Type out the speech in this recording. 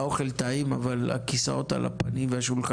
האוכל טעים אבל הכיסאות, השולחנות